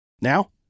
Now